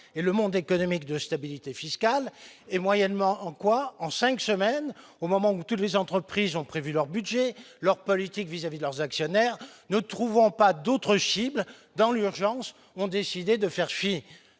et le monde économique de stabilité fiscale et moyennement en quoi en 5 semaines, au moment où toutes les entreprises ont prévu leur budget, leur politique vis-à-vis de leurs actionnaires, ne trouvant pas d'autres chiffres dans l'urgence ont décidé de faire